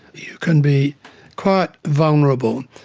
you can be quite vulnerable,